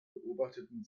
beobachteten